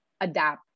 adapt